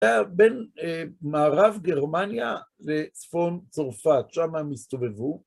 זה היה בין מערב גרמניה לצפון צרפת, שם הם הסתובבו.